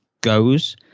goes